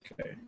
Okay